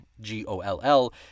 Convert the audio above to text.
G-O-L-L